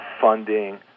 funding